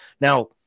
Now